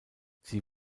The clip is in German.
sie